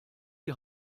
die